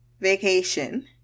vacation